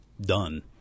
done